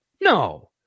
No